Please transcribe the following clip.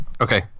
Okay